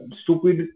stupid